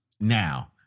Now-